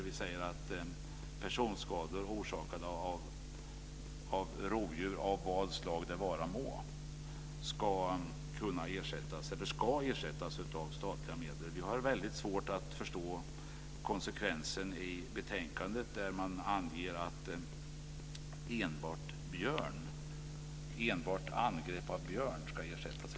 Vi säger att personskador orsakade av rovdjur av vad slag det vara må ska ersättas av statliga medel. Vi har väldigt svårt att förstå när man i betänkandet anger att enbart skador orsakade av björn ska ersättas.